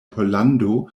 pollando